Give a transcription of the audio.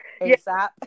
ASAP